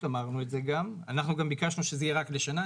אנחנו גם ביקשנו שזה יהיה רק לשנה.